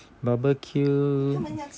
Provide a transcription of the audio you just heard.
barbecue